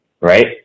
right